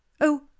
Oh